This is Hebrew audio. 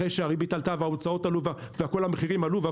אחרי שהריבית עלתה וההוצאות עלו וכל המחירים עלו,